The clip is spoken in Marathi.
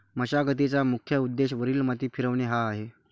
मशागतीचा मुख्य उद्देश वरील माती फिरवणे हा आहे